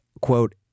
Quote